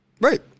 right